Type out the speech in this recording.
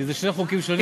כי אלה שני חוקים שונים.